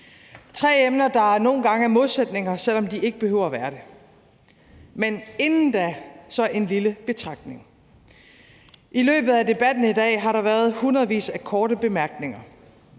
tre emner, der nogle gange er modsætninger, selv om de ikke behøver at være det. Men inden da vil jeg komme med en lille betragtning: I løbet af debatten i dag har der været hundredvis af korte bemærkninger.